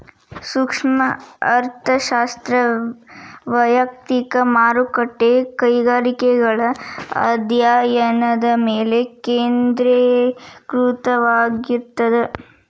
ಸೂಕ್ಷ್ಮ ಅರ್ಥಶಾಸ್ತ್ರ ವಯಕ್ತಿಕ ಮಾರುಕಟ್ಟೆ ಕೈಗಾರಿಕೆಗಳ ಅಧ್ಯಾಯನದ ಮೇಲೆ ಕೇಂದ್ರೇಕೃತವಾಗಿರ್ತದ